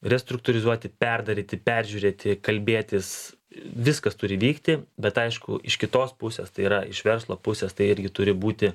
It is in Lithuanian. restruktūrizuoti perdaryti peržiūrėti kalbėtis viskas turi vykti bet aišku iš kitos pusės tai yra iš verslo pusės tai irgi turi būti